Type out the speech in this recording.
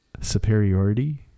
superiority